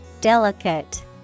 Delicate